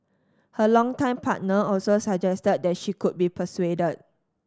her longtime partner also suggested that she could be persuaded